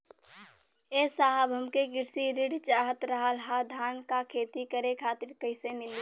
ए साहब हमके कृषि ऋण चाहत रहल ह धान क खेती करे खातिर कईसे मीली?